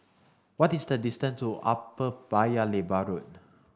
what is the distance to Upper Paya Lebar Road